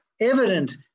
evident